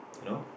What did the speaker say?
you know